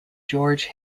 george